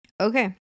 Okay